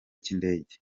cy’indege